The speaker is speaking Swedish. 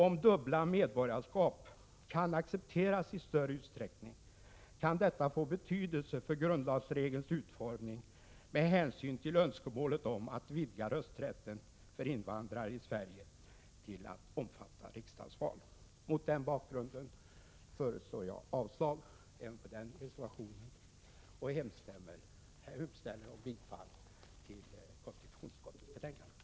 Om dubbla medborgarskap accepteras i större utsträckning kan detta få betydelse för grundlagsregelns utformning med hänsyn till önskemålet om att vidga rösträtten för invandrare i Sverige till att omfatta riksdagsval. Mot den bakgrunden yrkar jag avslag på den reservationen och bifall till konstitutionsutskottets hemställan.